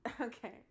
okay